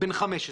בן חמש עשרה,